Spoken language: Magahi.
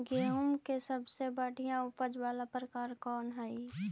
गेंहूम के सबसे बढ़िया उपज वाला प्रकार कौन हई?